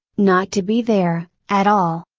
not to be there, at all.